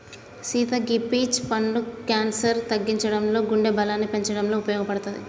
సీత గీ పీచ్ పండు క్యాన్సర్ తగ్గించడంలో గుండె బలాన్ని పెంచటంలో ఉపయోపడుతది